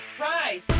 Rise